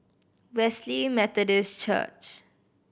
Wesley Methodist Church